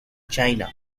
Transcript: china